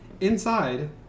Inside